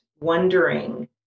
wondering